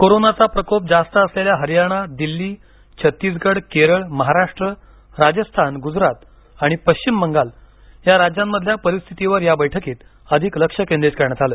कोरोनाचा प्रकोप जास्त असलेल्या हरियाणा दिल्ली छत्तीसगड केरळ महाराष्ट्र राजस्थान गुजरात आणि पश्चिम बंगाल या राज्यातील परिस्थितीवर या बैठकीत अधिक लक्ष केंद्रित करण्यात आलं